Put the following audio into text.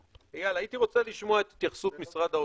איל, הייתי רוצה לשמוע את התייחסות משרד האוצר,